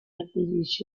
acquisisce